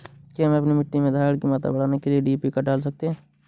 क्या मैं अपनी मिट्टी में धारण की मात्रा बढ़ाने के लिए डी.ए.पी डाल सकता हूँ?